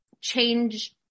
change